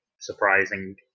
surprising